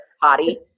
potty